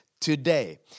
today